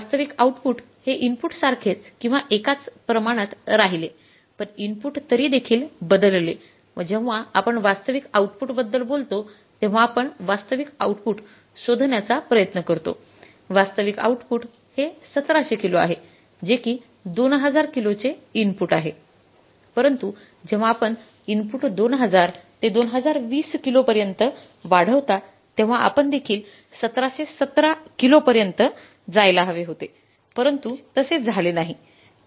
वास्तविक आउटपुट हे इनपुट सारखेच किंवा एकाच प्रमाणात राहिले पण इनपुट तरीदेखील बदलले व जेव्हा आपण वास्तविक आउटपुट बद्दल बोलतो तेव्हा आपण वास्तविक आउटपुट शोधण्याचा प्रयत्न करतो वास्तविक आउटपुट हे १७०० किलो आहे जे कि २००० किलोचे इनपुट आहे परंतु जेव्हा आपण इनपुट 2000 ते 2020 किलो पर्यंत वाढवता तेव्हा आउटपुट देखील 1717 किलो पर्यंत जायला हवे होते परंतु तसे झाले नाही